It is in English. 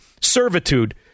servitude